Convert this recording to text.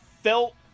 felt